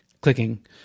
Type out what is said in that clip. clicking